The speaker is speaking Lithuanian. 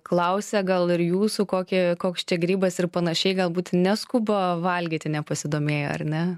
klausia gal ir jūsų kokį koks čia grybas ir panašiai galbūt neskuba valgyti nepasidomėję ar ne